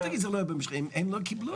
הם לא קיבלו.